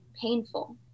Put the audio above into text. painful